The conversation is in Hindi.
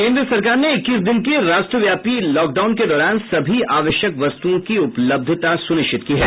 केन्द्र सरकार ने इक्कीस दिन के राष्ट्रव्यापी लॉकडाउन के दौरान सभी आवश्यक वस्तुओं की उपलब्धता सुनिश्चित की है